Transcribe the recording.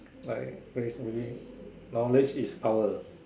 like phrase maybe knowledge is power